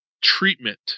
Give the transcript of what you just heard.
treatment